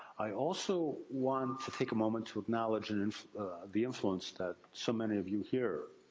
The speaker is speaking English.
i also want to take a moment to acknowledge and and the influence that so many of you here,